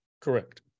correct